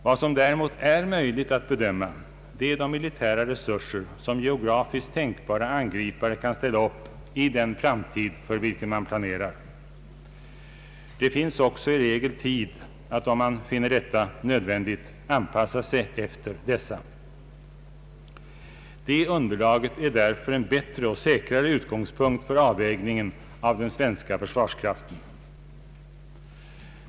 Vad som däremot är möjligt att bedöma är de militära resurser som geografiskt tänkbara angripare kan ställa upp i den framtid för vilken man planerar. Det finns också i regel tid att om man finner detta nödvändigt anpassa sig efter dessa. Det underlaget är därför en bättre och säkrare utgångspunkt för avvägningen av den svenska försvarskraften.